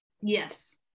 Yes